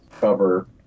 cover